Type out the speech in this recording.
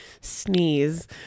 sneeze